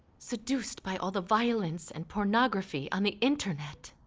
seduced by all the violence and pornography on the internet.